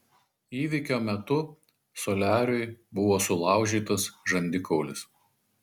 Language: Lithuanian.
įvykio metu soliariui buvo sulaužytas žandikaulis